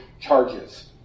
charges